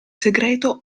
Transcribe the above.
segreto